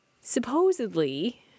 supposedly